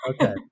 Okay